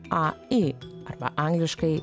a i arba angliškai